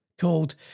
Called